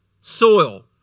soil